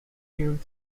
hues